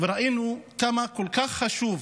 וראינו כמה כל כך חשוב